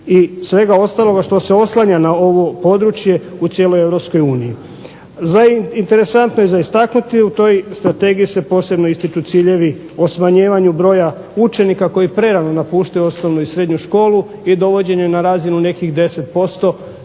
i svega ostaloga što se oslanja na ovo područje u cijeloj Europskoj uniji. Interesantno je za istaknuti, u toj strategiji se posebno ističu ciljevi o smanjivanju broja učenika koji prerano napuštaju osnovnu i srednju školu i dovođenje na razinu nekih 10%